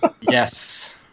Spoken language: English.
Yes